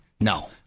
no